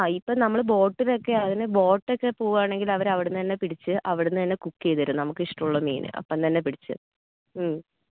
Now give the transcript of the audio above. ആ ഇപ്പം നമ്മൾ ബോട്ടിലൊക്കെ അതിന് ബോട്ട് ഒക്കെ പോവുവാണെങ്കിൽ അവർ അവിടുന്ന് തന്നെ പിടിച്ച് അവിടുന്ന് തന്നെ കുക്ക് ചെയ്ത് തരും നമുക്ക് ഇഷ്ടമുള്ള മീൻ അപ്പം തന്നെ പിടിച്ച് മ്